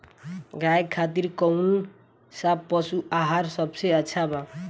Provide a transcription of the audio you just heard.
गाय खातिर कउन सा पशु आहार सबसे अच्छा बा?